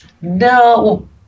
No